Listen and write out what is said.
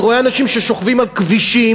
אני רואה אנשים ששוכבים על כבישים.